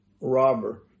robber